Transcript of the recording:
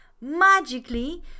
Magically